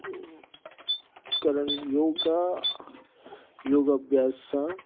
करणु योगा योगु अभ्यास सां